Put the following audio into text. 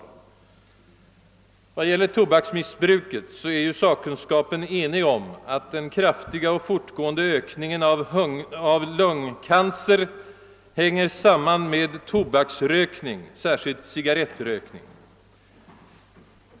I vad gäller tobaksbruket är ju sakkunskapen enig om att den kraftiga och fortgående ökningen av lungcancer hänger samman med tobaksrökning, särskilt cigarrettrökning.